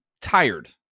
tired